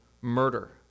murder